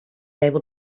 able